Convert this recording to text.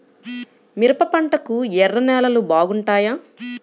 మిరప పంటకు ఎర్ర నేలలు బాగుంటాయా?